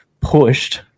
pushed